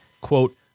Quote